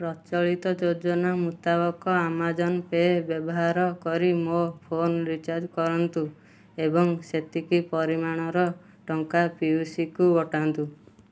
ପ୍ରଚଳିତ ଯୋଜନା ମୁତାବକ ଆମାଜନ୍ ପେ ବ୍ୟବହାର କରି ମୋ ଫୋନ ରିଚାର୍ଜ କରନ୍ତୁ ଏବଂ ସେତିକି ପରିମାଣର ଟଙ୍କା ପିଉସୀକୁ ପଠାନ୍ତୁ